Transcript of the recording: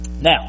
Now